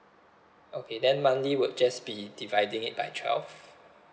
okay then monthly would just be dividing it by twelve